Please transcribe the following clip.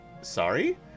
sorry